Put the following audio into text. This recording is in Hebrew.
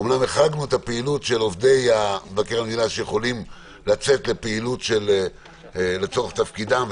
של עובדי מבקר המדינה שיכולים לצאת לפעילות לצורך תפקידם,